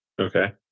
Okay